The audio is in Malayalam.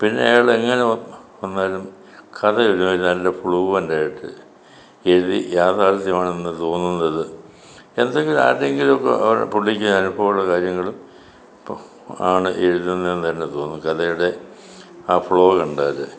പിന്നെ അയാൾ എങ്ങനെ വന്നാലും കഥ എഴുതുന്നത് നല്ല ഫ്ലൂവൻറ്റ് ആയിട്ട് എഴുതി യാഥാർഥ്യമാണെന്ന് തോന്നുന്നത് എന്തെങ്കിലും ആരുടെയെങ്കിലുമൊക്കെ പുള്ളിക്ക് അനുഭവമുള്ള കാര്യങ്ങൾ ഇപ്പോൾ ആണ് എഴുതുന്നതെന്ന് തന്നെ തോന്നും കഥയുടെ ആ ഫ്ലോ കണ്ടാൽ